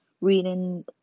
reading